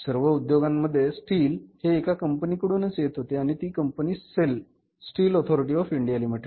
सर्व उद्योगांमध्ये स्टील हे एका कंपनीकडूनच येत होते आणि ती कंपनी होती SAIL steel authority of India limited